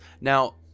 Now